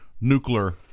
nuclear